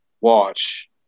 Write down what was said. Watch